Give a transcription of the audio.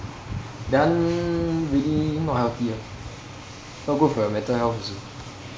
that one really not healthy ah not good for you mental health also